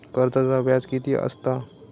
कर्जाचा व्याज कीती असता?